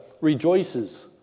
rejoices